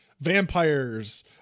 vampires